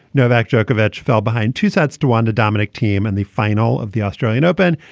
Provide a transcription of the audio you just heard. novak djokovic fell behind two thirds to under dominic team and the final of the australian open.